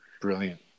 brilliant